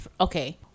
okay